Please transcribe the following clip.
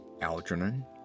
Algernon